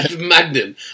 magnum